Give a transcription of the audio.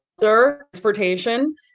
transportation